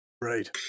Right